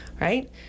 right